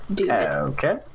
Okay